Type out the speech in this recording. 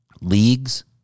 leagues